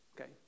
okay